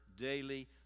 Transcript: daily